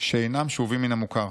שאינם שאובים מן המוכר.